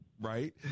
Right